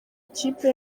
ikipe